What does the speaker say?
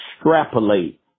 extrapolate